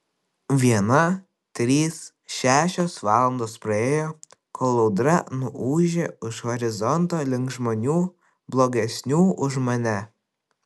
viena trys šešios valandos praėjo kol audra nuūžė už horizonto link žmonių blogesnių už mane